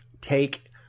take